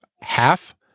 half